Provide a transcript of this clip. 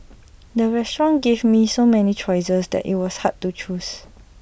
the restaurant gave me so many choices that IT was hard to choose